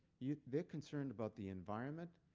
yeah they're concerned about the environment?